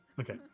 okay